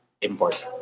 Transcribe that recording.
important